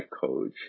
coach